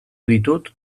ditut